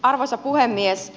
arvoisa puhemies